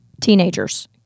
teenagers